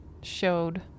showed